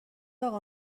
اقا